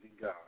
God